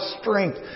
strength